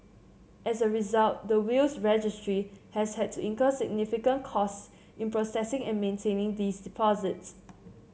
as a result the Wills Registry has had to incur significant costs in processing and maintaining these deposits